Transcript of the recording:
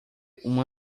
uma